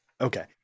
Okay